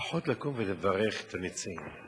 לפחות לקום ולברך את המציעים.